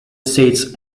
states